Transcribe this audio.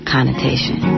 connotation